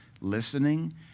listening